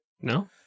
No